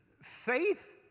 faith